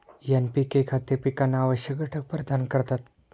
NPK खते पिकांना आवश्यक घटक प्रदान करतात